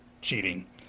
cheating